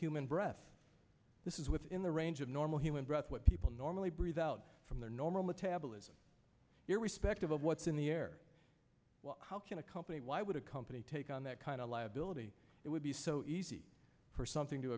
human breath this is within the range of normal human breath what people normally breathe out from their normal metabolism your respective of what's in the air how can a company why would a company take on that kind of liability it would be so easy for something to